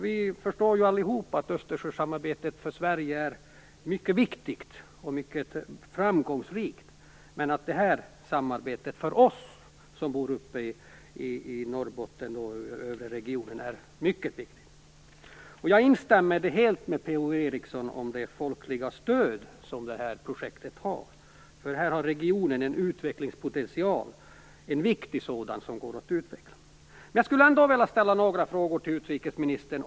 Vi förstår alla att Östersjösamarbetet är mycket viktigt och mycket framgångsrikt för Sverige, men det här samarbetet är mycket viktigt för oss som bor uppe i Norrbotten och i den övre regionen. Jag instämmer helt med Per-Ola Eriksson om det folkliga stöd som detta projekt har, för regionen har en viktig potential som går att utveckla. Jag skulle vilja ställa några frågor till utrikesministern.